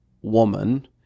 woman